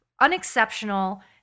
unexceptional